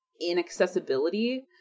inaccessibility